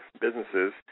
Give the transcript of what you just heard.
businesses